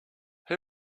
who